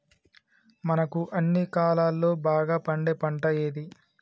మనకు అన్ని కాలాల్లో బాగా పండే పంట ఏది?